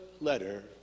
letter